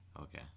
Okay